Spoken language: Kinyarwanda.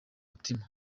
mutima